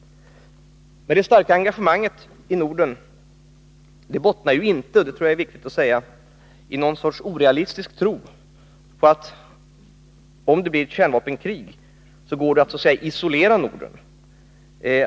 Det starka engagemanget i Norden bottnar inte — det är viktigt att säga detta — i någon sorts orealistisk tro på att det, om det blir ett kärnvapenkrig, går att isolera Norden.